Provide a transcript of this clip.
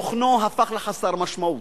תוכנו הפך לחסר משמעות.